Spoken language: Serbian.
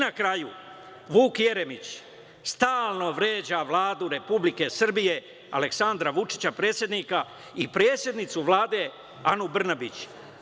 Na kraju, Vuk Jeremić stalno vređa Vladu Republike Srbije, Aleksandra Vučića, predsednika i predsednicu Vlade, Anu Brnabić.